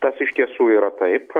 tas iš tiesų yra taip